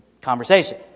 conversation